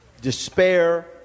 despair